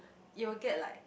you will get like